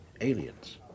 aliens